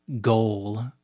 goal